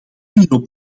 hierop